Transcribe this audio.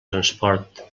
transport